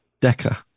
Decker